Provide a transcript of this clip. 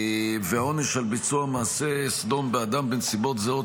והעונש על ביצוע מעשה סדום באדם בנסיבות זהות